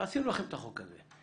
עשינו לכם את החוק הזה.